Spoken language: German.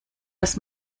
dass